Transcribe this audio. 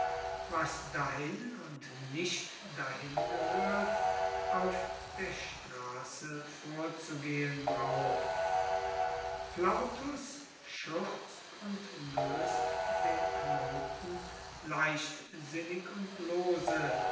was dahin und nicht dahin gehört auf der straße vorzugehen braucht plautus schürzt und löst den knoten leichtsinnig und lose